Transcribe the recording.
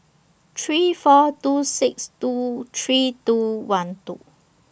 three four two six two three two one two